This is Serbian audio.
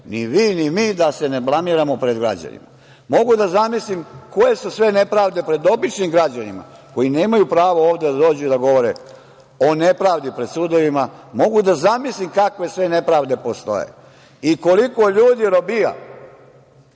ni vi ni mi, da se ne blamiramo pred građanima. Mogu da zamislim koje su sve nepravde pred običnim građanima koji nemaju pravo ovde da dođu i da govore o nepravdi pred sudovima. Mogu da zamislim kakve sve nepravde postoje i koliko ljudi robija